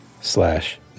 slash